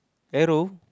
arrow